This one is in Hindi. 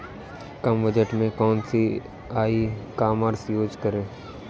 कम बजट में कौन सी ई कॉमर्स यूज़ करें?